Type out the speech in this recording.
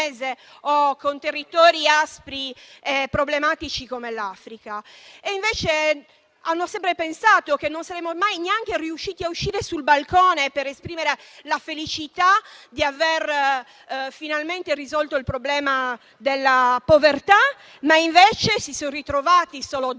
con territori aspri e problematici come l'Africa. Ha sempre pensato che non saremmo mai neanche riusciti a uscire sul balcone per esprimere la felicità di aver finalmente risolto il problema della povertà. Si è invece ritrovato, dopo soli due